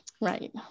Right